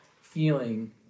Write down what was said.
feeling